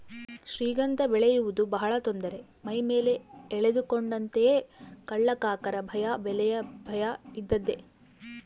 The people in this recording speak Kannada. ಶ್ರೀಗಂಧ ಬೆಳೆಯುವುದು ಬಹಳ ತೊಂದರೆ ಮೈಮೇಲೆ ಎಳೆದುಕೊಂಡಂತೆಯೇ ಕಳ್ಳಕಾಕರ ಭಯ ಬೆಲೆಯ ಭಯ ಇದ್ದದ್ದೇ